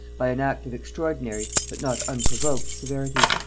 by an act of extraordinary, but not unprovoked, severity,